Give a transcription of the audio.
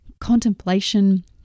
contemplation